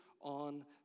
on